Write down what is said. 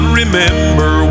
remember